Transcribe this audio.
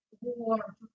war